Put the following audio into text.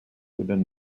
within